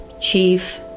Chief